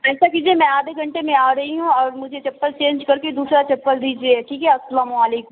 ایسا کیجیے میں آدھے گھنٹے میں آ رہی ہوں اور مجھے چپل چینج کر کے دوسرا چپل دیجیے ٹھیک ہے السلام علیکم